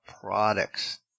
products